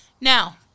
Now